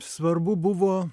svarbu buvo